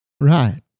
Right